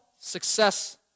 success